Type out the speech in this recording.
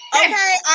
okay